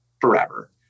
forever